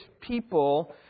people